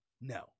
No